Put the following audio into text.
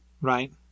right